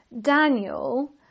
Daniel